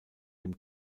dem